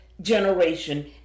generation